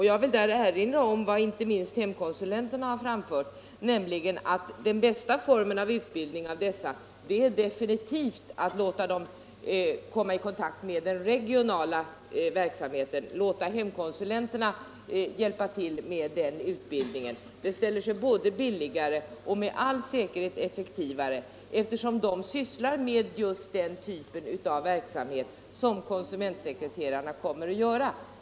Jag vill där erinra om vad inte minst hemkonsulenterna har framfört, nämligen att den bästa formen för utbildning av dessa sekreterare definitivt är att låta dem komma i kontakt med den regionala verksamheten och att låta hemkonsulenterna hjälpa till med den utbildningen. Det ställer sig både billigare och blir med all säkerhet effektivare, eftersom de sysslar med just den typ av verksamhet som konsumentsekreterarna kommer att bedriva.